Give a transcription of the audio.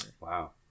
Wow